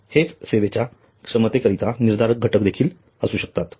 हेच सेवेच्या क्षमते करिताचे निर्धारक घटक देखील असू शकतात